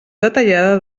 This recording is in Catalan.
detallada